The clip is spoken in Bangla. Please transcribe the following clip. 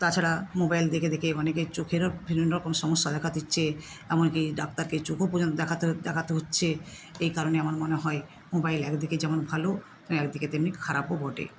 তাছাড়া মোবাইল দেখে দেখে অনেকের চোখেরও বিভিন্নরকম সমস্যা দেখা দিচ্ছে এমন কি ডাক্তারকে চোখও পর্যন্ত দেখাতে দেখাতে হচ্ছে এই কারণে আমার মনে হয় মোবাইল একদিকে যেমন ভালো একদিকে তেমনি খারাপও বটে